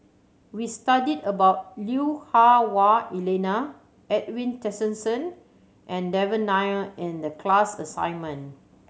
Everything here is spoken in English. we studied about Lui Hah Wah Elena Edwin Tessensohn and Devan Nair in the class assignment